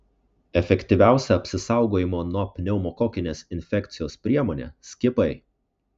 efektyviausia apsisaugojimo nuo pneumokokinės infekcijos priemonė skiepai